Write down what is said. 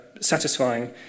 satisfying